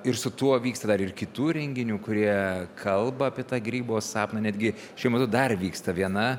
ir su tuo vyksta dar ir kitų renginių kurie kalba apie tą grybo sapną netgi šiuo metu dar vyksta viena